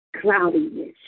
cloudiness